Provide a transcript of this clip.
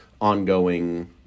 ongoing